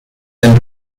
around